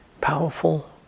powerful